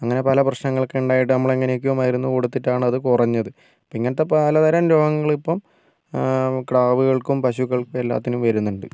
അങ്ങനെ പല പ്രശ്നങ്ങളൊക്കെ ഉണ്ടായിട്ട് നമ്മൾ എങ്ങനെയൊക്കെയോ മരുന്ന് കൊടുത്തിട്ടാണ് അത് കുറഞ്ഞത് ഇങ്ങനത്തെ പലതരം രോഗങ്ങൾ ഇപ്പം കിടാവുകൾക്കും പശുക്കൾക്കും എല്ലാത്തിനും വരുന്നുണ്ട്